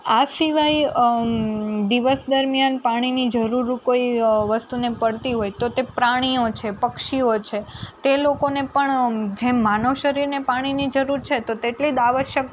આ સિવાય દિવસ દરમ્યાન પાણીની જરૂર કોઈ વસ્તુને પડતી હોય તો તે પ્રાણીઓ છે પક્ષીઓ છે તે લોકોને પણ જેમ માનવ શરીરને પાણીની જરૂર છે તો તેટલીજ આવશ્યક